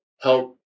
help